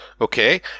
Okay